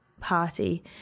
party